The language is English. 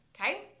okay